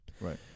Right